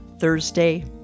Thursday